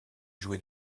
jouer